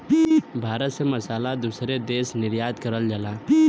भारत से मसाला दूसरे देश निर्यात करल जाला